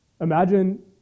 Imagine